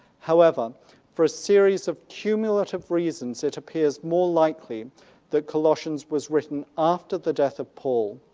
however for a series of cumulative reasons, it appears more likely that colossians was written after the death of paul.